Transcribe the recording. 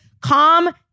calm